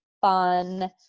fun